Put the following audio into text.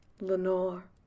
Lenore